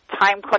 time